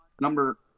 number